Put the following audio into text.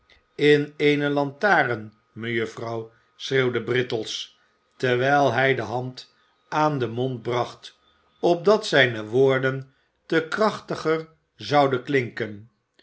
in eene lantaren mejuffrouw schreeuwde brittles terwijl hij de hand aan den mond bracht opdat zijne woorden te krachtiger zouden klinken